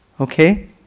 Okay